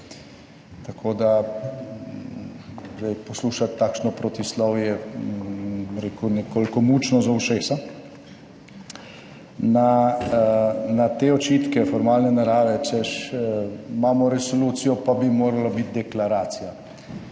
Tako da zdaj poslušati takšno protislovje, bom rekel, nekoliko mučno za ušesa. Na te očitke formalne narave, češ, imamo resolucijo, pa bi morala biti deklaracija,